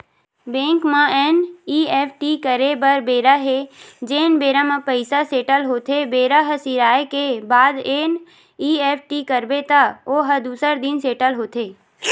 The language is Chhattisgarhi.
बेंक म एन.ई.एफ.टी करे बर बेरा हे जेने बेरा म पइसा सेटल होथे बेरा ह सिराए के बाद एन.ई.एफ.टी करबे त ओ ह दूसर दिन सेटल होथे